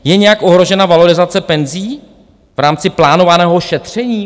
Je nějak ohrožena valorizace penzí v rámci plánovaného šetření?